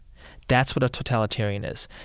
that's what a totalitarian is.